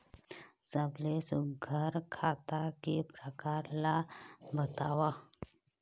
सबले सुघ्घर खाता के प्रकार ला बताव?